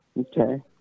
Okay